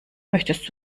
möchtest